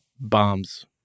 bombs